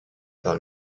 par